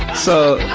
so,